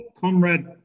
Comrade